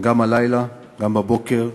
גם הלילה וגם בבוקר,